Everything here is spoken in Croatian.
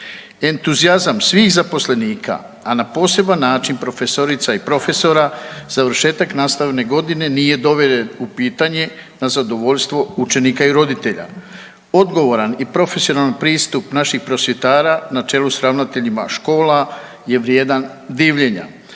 Entuzijazam svih zaposlenika, a na poseban način profesorica i profesora završetak nastavne godine nije doveden u pitanje na zadovoljstvo učenika i roditelja. Odgovoran i profesionalan pristup naših prosvjetara na čelu s ravnateljima škola je vrijedan divljenja.